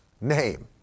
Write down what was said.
name